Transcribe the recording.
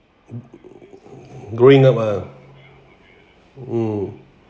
growing up ah mm